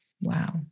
Wow